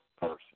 person